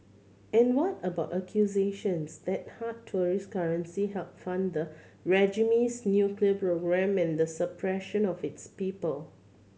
and what about accusations that hard tourist currency help fund the regime's nuclear program and the suppression of its people